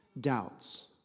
doubts